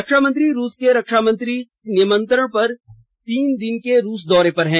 रक्षामंत्री रूस के रक्षामंत्री के निमंत्रण पर तीन दिन के रूस दौरे पर है